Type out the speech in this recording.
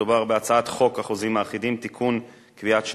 מדובר בהצעת חוק החוזים האחידים (תיקון מס'